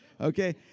Okay